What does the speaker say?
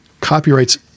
copyrights